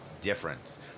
difference